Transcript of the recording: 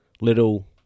little